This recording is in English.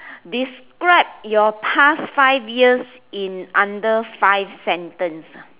describe your past five years in under five sentence